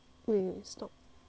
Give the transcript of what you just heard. stop already